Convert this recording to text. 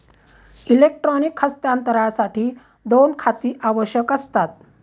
electronic हस्तांतरणासाठी दोन खाती आवश्यक असतात